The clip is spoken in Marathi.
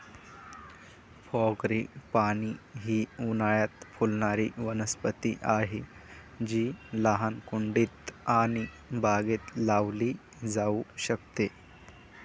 फ्रॅगीपानी ही उन्हाळयात फुलणारी वनस्पती आहे जी लहान कुंडीत आणि बागेत लावली जाऊ शकते